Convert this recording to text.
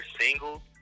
single